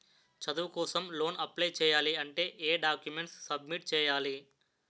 చదువు కోసం loan apply చేయాలి అంటే ఎం డాక్యుమెంట్స్ సబ్మిట్ చేయాలి?